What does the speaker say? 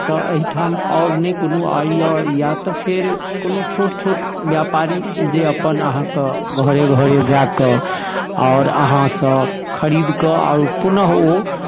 तऽ एहिठाम आओर ने कोनो आय यऽ या तऽ फेर कोनो छोट छोट व्यापारी जे अपन अहाँके घरे घरे जाकऽ आओर अहाँसँ खरीदकऽ आओर पुनः ओ